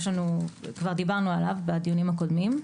כבר דיברנו עליו בדיונים הקודמים.